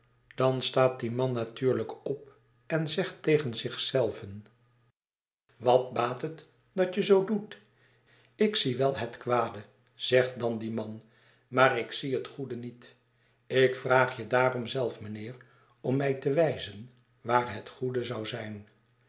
dan staat die man natuurlijk op en zegt tegen zich zelven wat baat het dat je zoo doet ik zie wel het kwade zegt dan die man maar ik zie het goede niet ik vraag je daarom zelf mijnheer om mij te wijzen waar het goede zou zijn